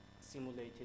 simulated